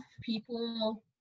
people